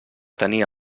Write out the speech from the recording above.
tenia